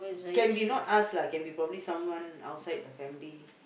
can be not us lah can be probably someone outside the family